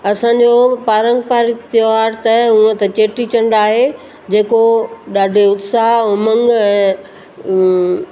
असांजो पारंपरिक त्योहार त हूअ त चेटी चंड आहे जेको ॾाढे उत्साह उमंग ऐं